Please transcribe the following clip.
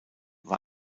war